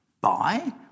buy